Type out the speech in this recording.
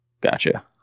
Gotcha